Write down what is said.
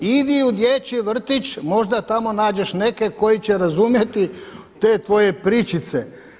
Idi u dječji vrtić, možda tamo nađeš neke koji će razumjeti te tvoje pričice?